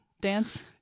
dance